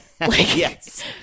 Yes